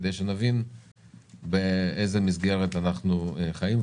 כדי שנבין באיזה מסגרת אנחנו חיים,